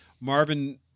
Marvin